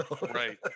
right